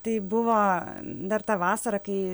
tai buvo dar ta vasara kai